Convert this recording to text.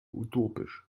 utopisch